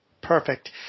Perfect